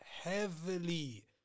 heavily